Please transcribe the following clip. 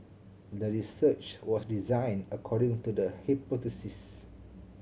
the research was designed according to the hypothesis